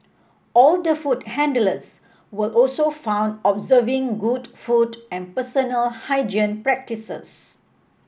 all the food handlers were also found observing good food and personal hygiene practices